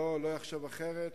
שאף אחד לא יחשוב אחרת.